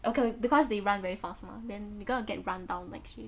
okay because they run very fast mah then you gonna get run down like shit